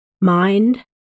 mind